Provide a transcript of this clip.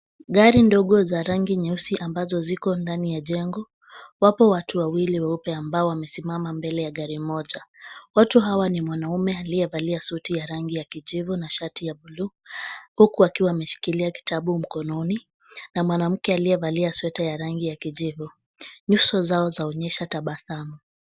Gari ndogo za rangi nyeusi ambazo ziko ndani ya jengo. Wapo watu wawili weupe ambao wamesimama mbele ya gari moja. Watu hawa ni mwanaume aliyevalia suti ya rangi ya kijivu na shati ya buluu, huku akiwa ameshikilia kitabu mkononi na mwanamke aliyevalia sweta ya rangi ya kijivu. Nyuso zao zaonyesha tabasamu.